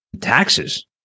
Taxes